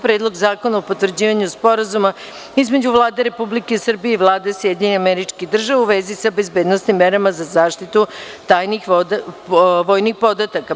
Predlog zakona o potvrđivanju Sporazuma između Vlade Republike Srbije i Vlade SAD u vezi sa bezbednosnim merama za zaštitu tajnih vojnih podataka; 13.